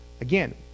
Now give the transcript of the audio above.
Again